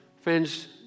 Friends